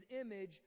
image